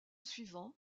suivant